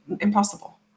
Impossible